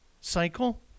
cycle